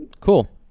Cool